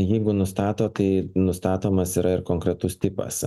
jeigu nustato tai nustatomas yra ir konkretus tipas